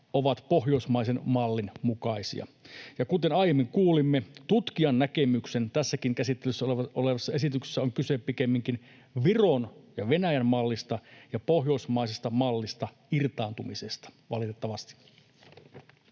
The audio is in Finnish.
ovat pohjoismaisen mallin mukaisia. Ja kuten aiemmin kuulimme, tutkijan näkemyksen mukaan tässäkin käsittelyssä olevassa esityksessä on kyse pikemminkin Viron ja Venäjän mallista ja pohjoismaisesta mallista irtaantumisesta, valitettavasti.